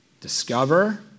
discover